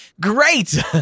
great